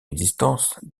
existence